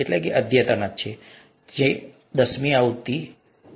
હવે અમે દસમી આવૃત્તિમાં છીએ